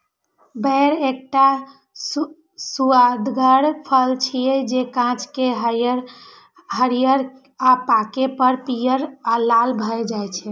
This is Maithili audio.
बेर एकटा सुअदगर फल छियै, जे कांच मे हरियर आ पाके पर पीयर आ लाल भए जाइ छै